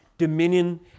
dominion